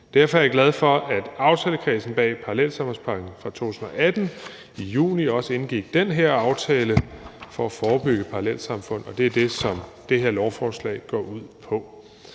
Derfor er jeg glad for, at aftalekredsen bag parallelsamfundspakken fra 2018 i juni også indgik den her aftale for at forebygge parallelsamfund, og det er det, som det her lovforslag går ud på.